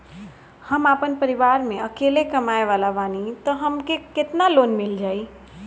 हम आपन परिवार म अकेले कमाए वाला बानीं त हमके केतना लोन मिल जाई?